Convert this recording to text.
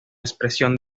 expresión